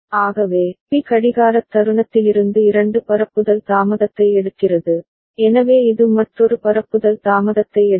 ஆகவே பி கடிகாரத் தருணத்திலிருந்து இரண்டு பரப்புதல் தாமதத்தை எடுக்கிறது எனவே இது மற்றொரு பரப்புதல் தாமதத்தை எடுக்கும்